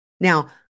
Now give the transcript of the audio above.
now